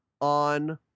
on